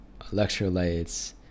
electrolytes